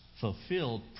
fulfilled